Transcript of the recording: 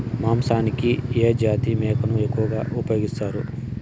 మాంసానికి ఏ జాతి మేకను ఎక్కువగా ఉపయోగిస్తారు?